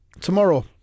tomorrow